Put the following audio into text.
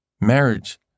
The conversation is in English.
Marriage